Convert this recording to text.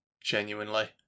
Genuinely